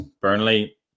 Burnley